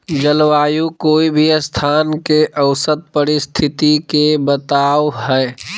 जलवायु कोय भी स्थान के औसत परिस्थिति के बताव हई